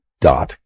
dot